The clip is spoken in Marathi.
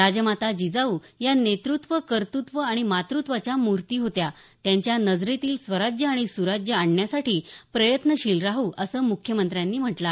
राजमाता जिजाऊ या नेतृत्व कर्तृत्व आणि मातृत्वाच्या मूर्ती होत्या त्यांच्या नजरेतील स्वराज्य आणि सुराज्य आणण्यासाठी प्रयत्नशील राहू असं मुख्यमंत्र्यांनी म्हटलं आहे